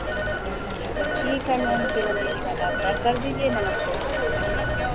तो ठीक है मैम फिर अब यही वाला आप पैक कर दीजिए नमस्ते